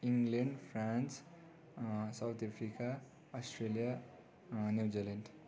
England France South Africa Australia New Zealand